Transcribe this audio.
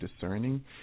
discerning